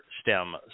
stem